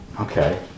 Okay